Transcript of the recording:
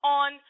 on